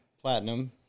platinum